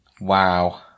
Wow